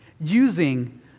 using